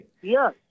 Yes